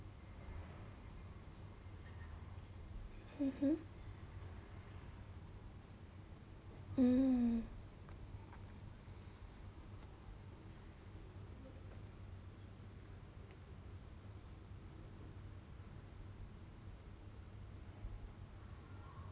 mmhmm mm